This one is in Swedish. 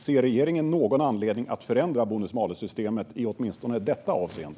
Ser regeringen någon anledning att förändra bonus-malus-systemet i åtminstone detta avseende?